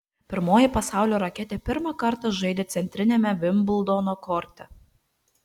pirmoji pasaulio raketė pirmą kartą žaidė centriniame vimbldono korte